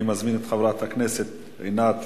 אני מזמין את חברת הכנסת עינת וילף.